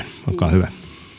olkaa hyvä